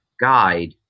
guide